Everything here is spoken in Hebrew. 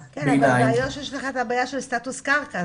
אבל הבעיה שיש לך את הבעיה של סטטוס קרקע,